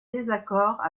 désaccord